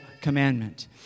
commandment